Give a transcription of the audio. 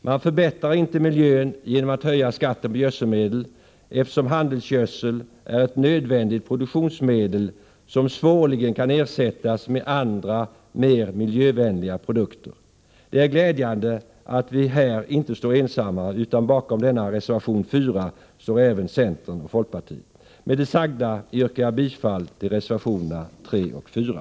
Man förbättrar inte miljön genom att höja skatten på gödselmedel, eftersom handelsgödsel är ett nödvändigt produktionsmedel som svårligen kan ersättas med andra, mer miljövänliga produkter. Det är glädjande att vi här inte står ensamma, utan att även centern står bakom reservationen 4. Med det sagda yrkar jag bifall till reservationerna 3 och 4.